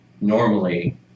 Normally